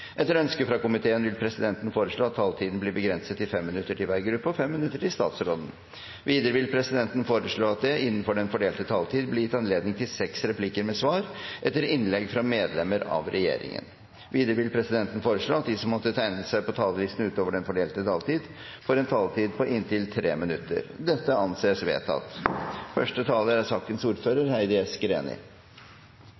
Etter ønske fra kommunal- og forvaltningskomiteen vil presidenten foreslå at taletiden blir begrenset til 5 minutter til hver gruppe og 5 minutter til statsråden. Videre vil presidenten foreslå at det blir gitt anledning til seks replikker med svar etter innlegg fra medlemmer av regjeringen innenfor den fordelte taletid. Videre vil presidenten foreslå at de som måtte tegne seg på talerlisten utover den fordelte taletid, får en taletid på inntil 3 minutter. – Dette anses vedtatt.